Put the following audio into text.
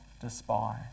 despise